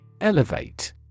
Elevate